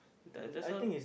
the that's all